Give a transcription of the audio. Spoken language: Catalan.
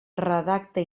redacta